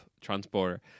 transporter